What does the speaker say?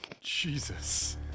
Jesus